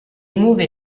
mauves